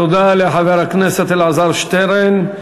תודה לחבר הכנסת אלעזר שטרן.